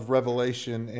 Revelation